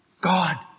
God